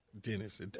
Dennis